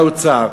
האוצר,